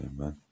amen